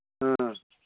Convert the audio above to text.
ꯑ